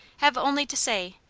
have only to say,